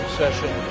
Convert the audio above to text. session